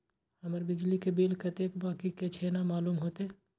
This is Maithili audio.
हमर बिजली के बिल कतेक बाकी छे केना मालूम होते?